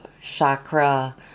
chakra